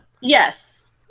Yes